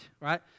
right